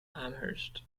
amherst